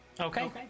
Okay